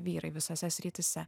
vyrai visose srityse